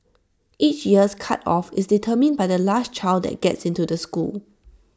each year's cut off is determined by the last child that gets into the school